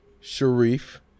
sharif